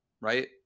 right